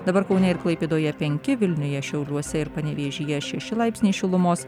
dabar kaune ir klaipėdoje penki vilniuje šiauliuose ir panevėžyje šeši laipsniai šilumos